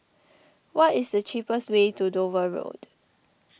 what is the cheapest way to Dover Road